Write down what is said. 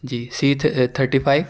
G C thirty five